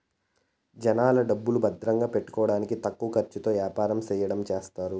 జనాల డబ్బులు భద్రంగా పెట్టుకోడానికి తక్కువ ఖర్చుతో యాపారం చెయ్యడం చేస్తారు